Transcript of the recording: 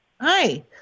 Hi